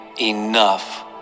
enough